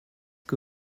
que